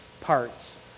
parts